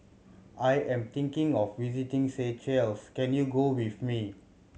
I am thinking of visiting Seychelles can you go with me